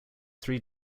three